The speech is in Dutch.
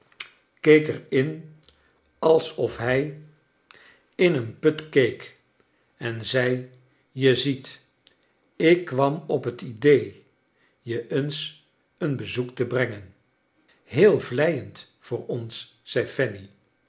keek er in alsof hi in charles dickens een put keek en zei je ziet ik kwam op het idee je eens een bezoek te brengen heel vleiend voor cms zei